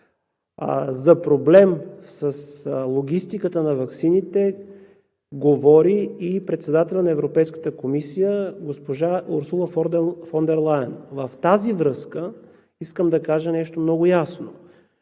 За проблем с логистиката на ваксините говори и председателят на Европейската комисия госпожа Урсула фон дер Лайен. В тази връзка искам да кажа нещо много ясно.